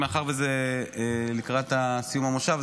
מאחר שזה לקראת סיום המושב,